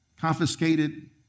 confiscated